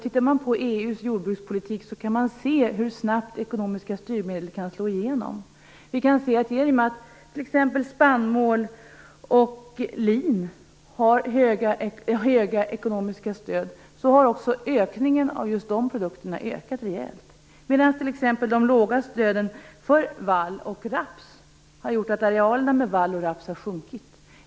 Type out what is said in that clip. Tittar man på EU:s jordbrukspolitik kan man se hur snabbt ekonomiska styrmedel kan slå igenom. I och med att t.ex. spannmål och lin har höga ekonomiska stöd har också produktionen av de produkterna ökat rejält, medan t.ex. de låga stöden för vall och raps har gjort att arealen med vall och raps har sjunkit.